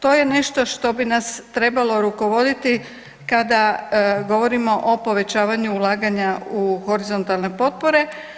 To je nešto što bi nas trebalo rukovoditi kada govorimo o povećavanju ulaganja u horizontalne potpore.